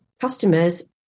customers